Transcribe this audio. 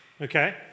Okay